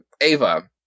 Ava